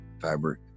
fabric